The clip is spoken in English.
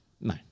No